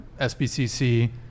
SBCC